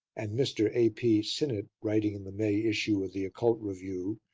and mr. a p. sinnett, writing in the may issue of the occult review,